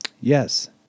Yes